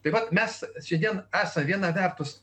taip vat mes šiandien esą viena vertus